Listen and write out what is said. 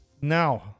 Now